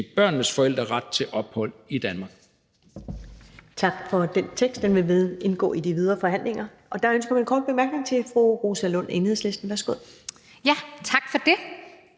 børnenes forældre ret til ophold i Danmark.«